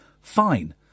fine